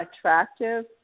attractive